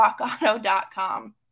Rockauto.com